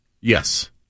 Yes